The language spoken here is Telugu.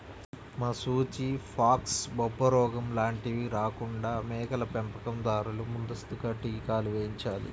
మశూచి, ఫాక్స్, బొబ్బరోగం లాంటివి రాకుండా మేకల పెంపకం దారులు ముందస్తుగా టీకాలు వేయించాలి